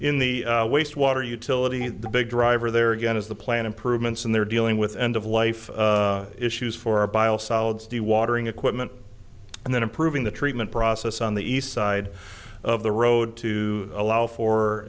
in the waste water utility the big driver there again is the plan improvements and they're dealing with end of life issues for a biosolids do watering equipment and then improving the treatment process on the east side of the road to allow